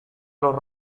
los